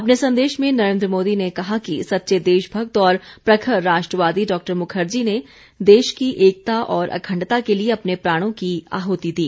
अपने संदेश में नरेन्द्र मोदी ने कहा कि सच्चे देशभक्त और प्रखर राष्ट्रवादी डॉ मुखर्जी ने देश की एकता और अखंडता के लिए अपने प्राणों की आहुति दी